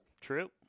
True